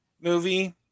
movie